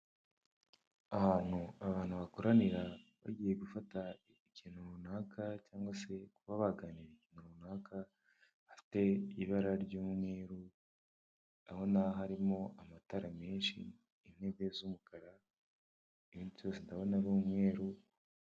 Ahantu abantu bakoranira bagiye gufata ikintu runaka cyangwa se kuba baganira imishinga runaka hafite ibara y'umweru ndabona harimo amatara menshi intebe z'umukara insusi ndabona ar'umweru.